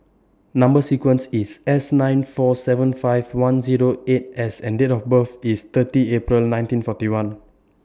Number sequence IS S nine four seven five one Zero eight S and Date of birth IS thirty April nineteen forty one